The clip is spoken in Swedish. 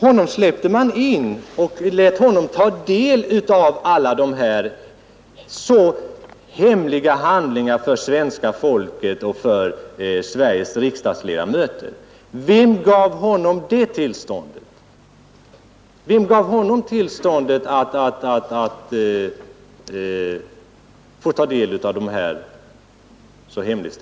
Honom lät man ta delav alla dessa för svenska folket och för Sveriges riksdagsledamöter så hemliga handlingar. Vem gav honom tillstånd till det?